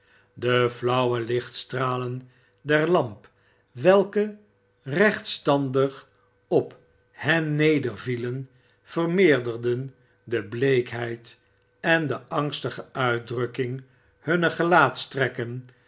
de flauwe lichtstralen der lamp welke rechtstandig op hen nedervielen vermeerderden de bleekheid en de angstige uitdrukking hunner